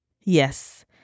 Yes